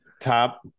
Top